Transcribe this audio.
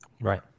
Right